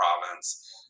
province